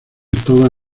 toda